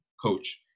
coach